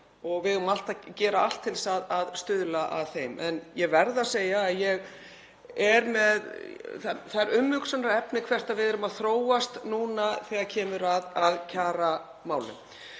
og við eigum að gera allt til að stuðla að þeim. En ég verð að segja að það er umhugsunarefni hvert við erum að þróast núna þegar kemur að kjaramálum.